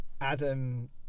Adam